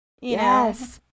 Yes